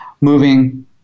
moving